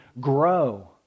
grow